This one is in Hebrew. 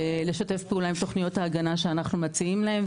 לשתף פעולה עם תוכניות ההגנה שאנחנו מציעים להן.